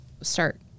start